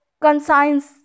Conscience